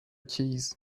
keys